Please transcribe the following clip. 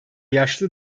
yaşlı